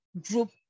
group